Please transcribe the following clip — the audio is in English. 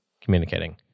communicating